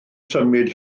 symud